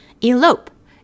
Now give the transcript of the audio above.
Elope